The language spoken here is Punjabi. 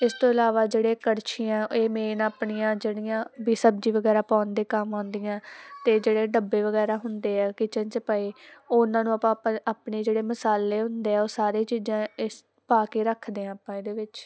ਇਸ ਤੋਂ ਇਲਾਵਾ ਜਿਹੜੇ ਕੜਛੀਆਂ ਇਹ ਮੇਨ ਆਪਣੀਆਂ ਜਿਹੜੀਆਂ ਵੀ ਸਬਜ਼ੀ ਵਗੈਰਾ ਪਾਉਣ ਦੇ ਕੰਮ ਆਉਂਦੀਆਂ ਅਤੇ ਜਿਹੜੇ ਡੱਬੇ ਵਗੈਰਾ ਹੁੰਦੇ ਹੈ ਕਿਚਨ 'ਚ ਪਏ ਉਹਨਾਂ ਨੂੰ ਆਪਾਂ ਆਪ ਆਪਣੇ ਜਿਹੜੇ ਮਸਾਲੇ ਹੁੰਦੇ ਹੈ ਉਹ ਸਾਰੇ ਚੀਜ਼ਾਂ ਇਸ ਪਾ ਕੇ ਰੱਖਦੇ ਹਾਂ ਆਪਾਂ ਇਹਦੇ ਵਿੱਚ